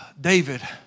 David